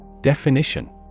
Definition